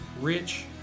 rich